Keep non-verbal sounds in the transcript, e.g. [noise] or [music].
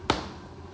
[noise]